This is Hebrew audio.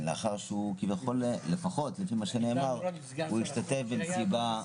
לאחר שהוא השתתף במסיבה.